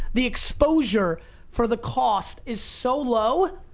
the exposure for the cost is so low,